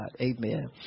Amen